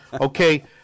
Okay